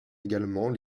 également